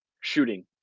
shooting